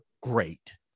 great